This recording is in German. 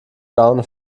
laune